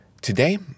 Today